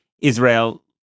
Israel